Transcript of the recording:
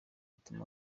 ituma